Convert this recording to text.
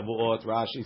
Rashi